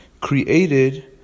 created